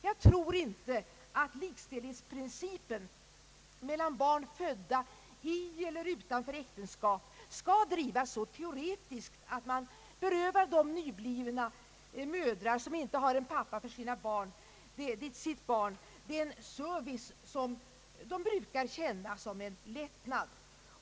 Jag tror inte att likställighetsprincipen mellan barn födda i eller utanför äktenskapet skall drivas så teoretiskt att man berövar de nyblivna mödrar som inte har en pappa till sitt barn den service de brukar känna som en lättnad.